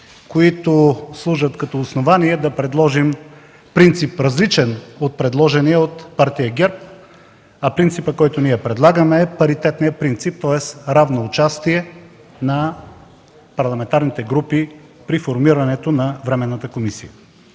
които служат като основание да предложим принцип, различен от предложения от Партия ГЕРБ. Принципът, който предлагаме, е паритетният, тоест равно участие на парламентарните групи при формирането на временната комисия.